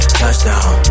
touchdown